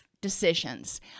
decisions